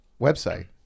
website